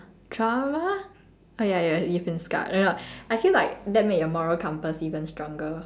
trauma ah ya ya you've been scarred no I feel like that made your moral compass even stronger